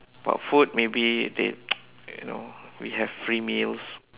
but food maybe they you know we have free meals